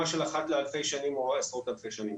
של אחת לאלפי שנים או עשרות אלפי שנים.